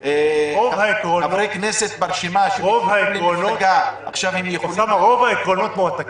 חברי כנסת ברשימה שנבחרים למפלגה --- רוב העקרונות מועתקים.